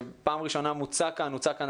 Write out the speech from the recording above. שפעם ראשונה מוצע כאן הוא הוצע כאן